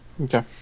Okay